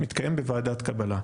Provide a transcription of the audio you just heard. מתקיים בה ועדת קבלה,